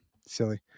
Silly